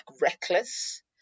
reckless